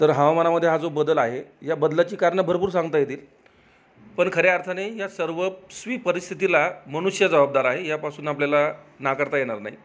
तर हवामानामध्ये हा जो बदल आहे या बदलाची कारण भरपूर सांगता येतील पण खऱ्या अर्थाने या सर्वस्वी परिस्थितीला मनुष्य जबाबदार आहे यापासून आपल्याला नाकरता येणार नाही